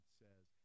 says